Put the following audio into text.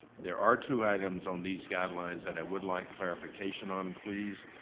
there are two items on these guidelines that i would like clarification on, please.